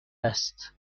است